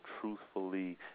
truthfully